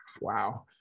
Wow